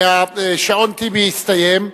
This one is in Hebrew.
שעון טיבי הסתיים.